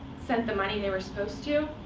sent the money they were supposed to,